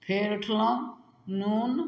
फेर उठलहुँ नून